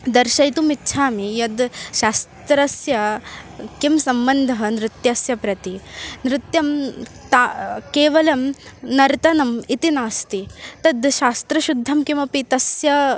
दर्शयितुम् इच्छामि यद् शास्त्रस्य कः सम्बन्धः नृत्यस्य प्रति नृत्यं तत्र केवलं नर्तनम् इति नास्ति तद् शास्त्रशुद्धं किमपि तस्य